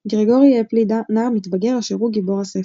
גרגורי הפלי - נער מתבגר, אשר הוא גיבור הספר.